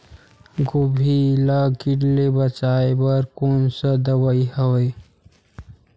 गोभी ल कीट ले बचाय बर कोन सा दवाई हवे?